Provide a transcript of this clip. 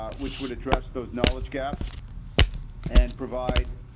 ah which would address those knowledge gaps and provide.